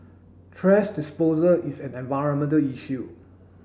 thrash disposal is an environmental issue